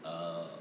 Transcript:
err